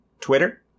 Twitter